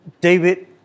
David